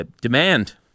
demand